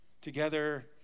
together